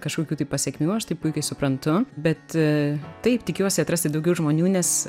kažkokių tai pasekmių aš tai puikiai suprantu bet taip tikiuosi atrasti daugiau žmonių nes